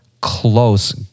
close